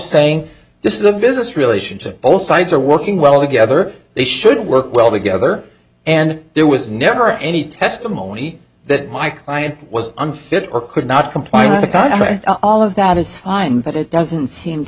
saying this is a business relationship both sides are working well together they should work well together and there was never any testimony that my client was unfit or could not comply with economy all of that is fine but it doesn't seem to